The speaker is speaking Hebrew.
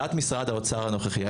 דעת משרד האוצר הנוכחי,